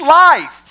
life